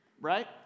right